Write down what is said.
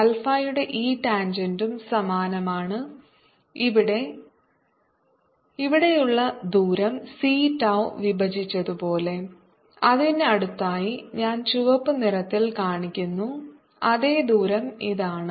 ആൽഫയുടെ ഈ ടാൻജെന്റും സമാനമാണ് ഇവിടെയുള്ള ദൂരം c tau വിഭജിച്ചതുപോലെ അതിനടുത്തായി ഞാൻ ചുവപ്പ് നിറത്തിൽ കാണിക്കുന്നു അതേ ദൂരം ഇതാണ്